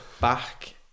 back